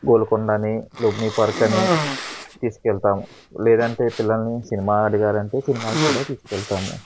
గోల్కొండ అని లుంబినీ పార్క్ అని తీసుకు వెళ్తాము లేదంటే పిల్లల్ని సినిమా అడిగారంటే సినిమాకి కూడా తీసుకెళ్తాము